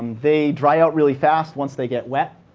they dry out really fast once they get wet.